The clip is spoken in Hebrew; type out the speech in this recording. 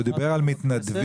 הוא דיבר על מתנדבים.